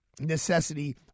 necessity